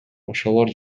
ошолор